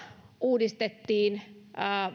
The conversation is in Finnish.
uudistettiin